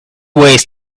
ways